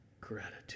gratitude